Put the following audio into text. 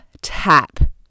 tap